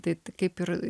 tai kaip ir